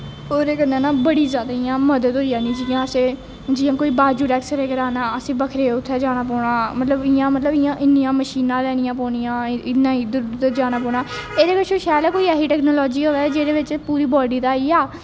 ते ओह्दे कन्नै ना बड़ी जादा इ'यां मदद होई जानी जियां असें जियां कोई बाज़ू दा ऐक्सरे कराना असें बक्खरे उत्थें जाना पौना मतलब इ'यां मतलब इन्नियां मशीनां लैनियां पौनियां इ'यां इद्धर उद्धर जाना पौना एह्दे कशा शैल ऐ कोई ऐसी टैकनॉलजी होऐ जेह्दे बिच्च पूरी बॉडी दा आई जा